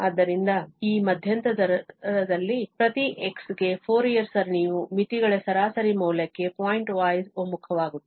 ಆದ್ದರಿಂದ ಈ ಮಧ್ಯಂತರದಲ್ಲಿ ಪ್ರತಿ x ಗೆ ಫೋರಿಯರ್ ಸರಣಿಯು ಮಿತಿಗಳ ಸರಾಸರಿ ಮೌಲ್ಯಕ್ಕೆ ಪಾಯಿಂಟ್ವೈಸ್ಗೆ ಒಮ್ಮುಖವಾಗುತ್ತದೆ